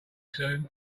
soon